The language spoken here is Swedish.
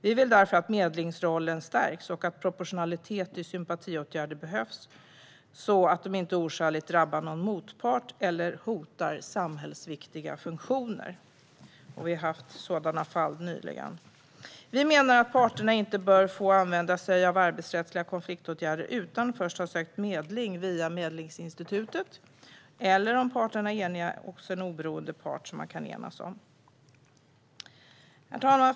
Vi vill därför att medlingsrollen stärks och att proportionalitet i sympatiåtgärder behövs så att de inte oskäligt drabbar någon motpart eller hotar samhällsviktiga funktioner. Vi har nyligen haft sådana fall. Vi menar att parterna inte bör få använda sig av arbetsrättsliga konfliktåtgärder utan att först ha sökt medling via Medlingsinstitutet eller hos en oberoende part som parterna har enats om. Herr talman!